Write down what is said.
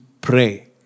pray